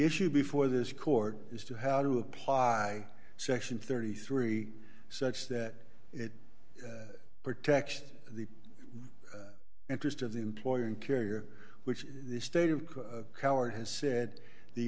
issue before this court as to how to apply section thirty three such that it protection the interest of the employer and carrier which the state of ca coward has said the